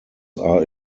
are